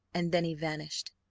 and then he vanished.